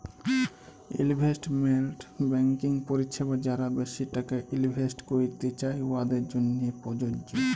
investment banking পরিছেবা যারা বেশি টাকা ইলভেস্ট ক্যইরতে চায়, উয়াদের জ্যনহে পরযজ্য